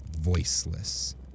voiceless